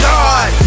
God